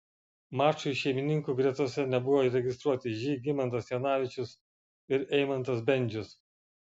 mačui šeimininkų gretose nebuvo registruoti žygimantas janavičius ir eimantas bendžius